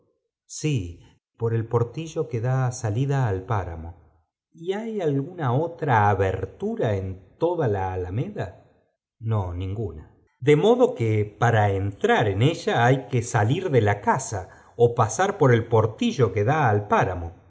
sí por el portillo que da salida al páramo hay alguna otra abertura en toda la alameda ninguna be modo que para entrar en ella hay que salir de la casa ó pasar por el portillo que da al páramo